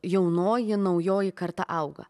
jaunoji naujoji karta auga